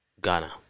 Ghana